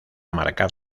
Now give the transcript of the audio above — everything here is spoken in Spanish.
marcar